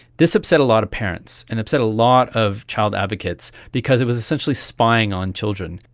this upset a lot of parents and upset a lot of child advocates because it was essentially spying on children.